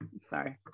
sorry